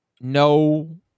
no